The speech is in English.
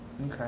Okay